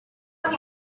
نهها